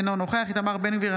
אינו נוכח איתמר בן גביר,